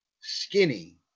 skinny